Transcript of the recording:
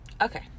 Okay